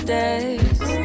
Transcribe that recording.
days